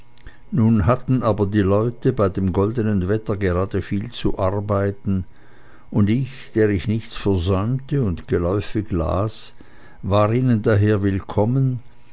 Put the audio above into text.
nun hatten aber die leute bei dem goldenen wetter gerade viel zu arbeiten und ich der ich nichts versäumte und geläufig las war ihnen daher willkommen